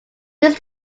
this